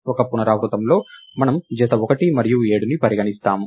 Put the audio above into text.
ఒక పునరావృతంలో మనము జత 1 మరియు 7ని పరిగణిస్తాము